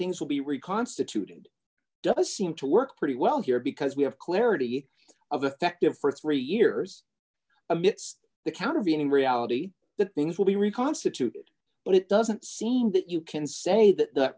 things will be reconstituted does seem to work pretty well here because we have clarity of effective for three years amidst the count of being in reality that things will be reconstituted but it doesn't seem that you can say that the